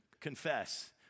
confess